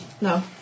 No